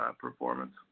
performance